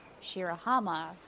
Shirahama